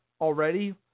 already